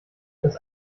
das